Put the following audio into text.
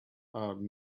are